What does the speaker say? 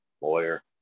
lawyer